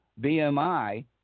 BMI